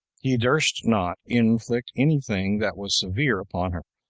he durst not inflict any thing that was severe upon her,